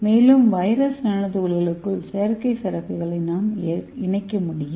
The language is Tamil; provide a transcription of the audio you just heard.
மேலும் வைரஸ் நானோ துகள்களுக்குள் செயற்கை சரக்குகளை நாம் இணைக்க முடியும்